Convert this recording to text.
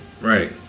Right